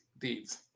deeds